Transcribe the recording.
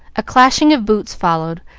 a clashing of boots followed,